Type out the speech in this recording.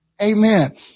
Amen